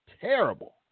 terrible